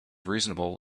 reasonable